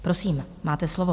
Prosím, máte slovo.